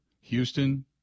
Houston